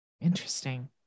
Interesting